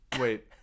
wait